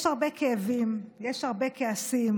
יש הרבה כאבים, יש הרבה כעסים,